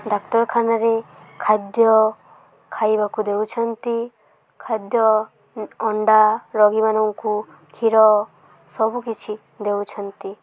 ଡ଼ାକ୍ତରଖାନାରେ ଖାଦ୍ୟ ଖାଇବାକୁ ଦେଉଛନ୍ତି ଖାଦ୍ୟ ଅଣ୍ଡା ରୋଗୀମାନଙ୍କୁ କ୍ଷୀର ସବୁକିଛି ଦେଉଛନ୍ତି